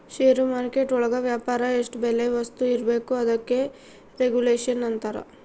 ಷೇರು market ಒಳಗ ವ್ಯಾಪಾರ ಎಷ್ಟ್ ಬೆಲೆ ವಸ್ತು ಇರ್ಬೇಕು ಅದಕ್ಕೆ ರೆಗುಲೇಷನ್ ಅಂತರ